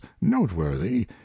noteworthy